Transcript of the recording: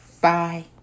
Bye